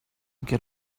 get